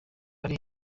hari